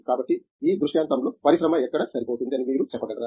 కాబట్టి ఈ దృష్టాంతంలో పరిశ్రమ ఎక్కడ సరిపోతుంది అని మీరు చెప్పగలరా